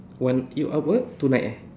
one you are what tonight eh